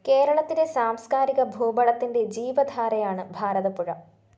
കേരളത്തിന്റെ സാംസ്കാരികഭൂപടത്തിന്റെ ജീവധാരയാണ് ഭാരതപ്പുഴ